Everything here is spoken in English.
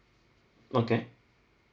okay